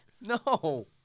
No